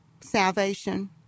salvation